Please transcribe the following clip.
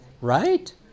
right